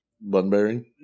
Bun-bearing